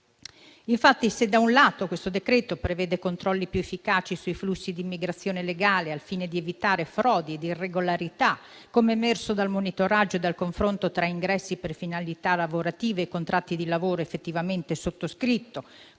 Se, da un lato, questo decreto prevede controlli più efficaci sui flussi di immigrazione legale, al fine di evitare frodi ed irregolarità, come emerso dal monitoraggio e dal confronto tra ingressi per finalità lavorative e contratti di lavoro effettivamente sottoscritti